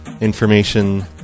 information